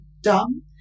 dumb